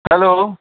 hello